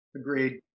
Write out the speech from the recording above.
Agreed